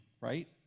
right